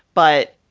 but,